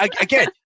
again